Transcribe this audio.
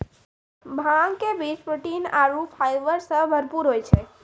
भांग के बीज प्रोटीन आरो फाइबर सॅ भरपूर होय छै